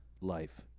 life